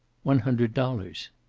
one hundred dollars.